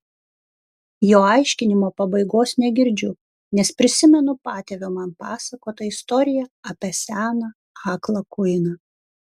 jo aiškinimo pabaigos negirdžiu nes prisimenu patėvio man pasakotą istoriją apie seną aklą kuiną